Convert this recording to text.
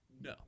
No